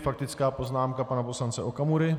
Faktická poznámka pana poslance Okamury.